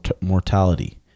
mortality